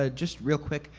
ah just real quick.